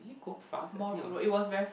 sis it go fast I think it was